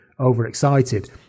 overexcited